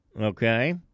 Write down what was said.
okay